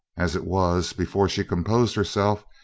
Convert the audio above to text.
as it was, before she composed herself,